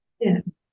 yes